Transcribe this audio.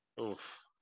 Oof